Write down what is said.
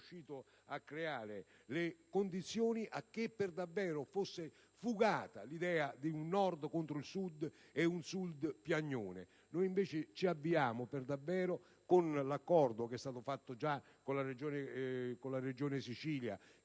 è riuscito a creare le condizioni affinché per davvero fosse fugata l'idea di un Nord contro il Sud e di un Sud piagnone. Ci avviamo per davvero, con l'accordo fatto già con la Regione Sicilia